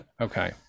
Okay